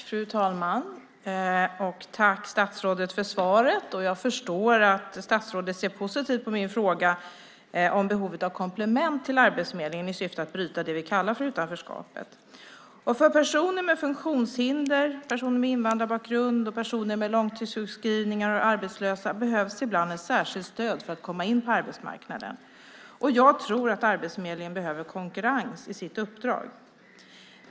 Fru talman! Tack, statsrådet, för svaret! Jag förstår att statsrådet ser positivt på min fråga om behovet av komplement till Arbetsförmedlingen i syfte att bryta det vi kallar för utanförskapet. Personer med funktionshinder, personer med invandrarbakgrund, personer med långtidssjukskrivningar och arbetslösa behöver ibland ett särskilt stöd för att komma in på arbetsmarknaden. Jag tror att Arbetsförmedlingen behöver konkurrens i sitt uppdrag.